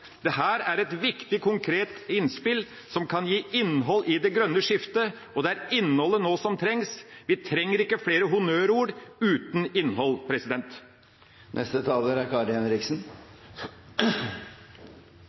er et viktig konkret innspill som kan gi innhold i det grønne skiftet, og det er innhold som nå trengs. Vi trenger ikke flere honnørord uten innhold. Først vil jeg takke statsministeren for et godt innlegg. Situasjonen er